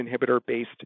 inhibitor-based